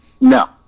No